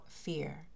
fear